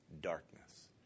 darkness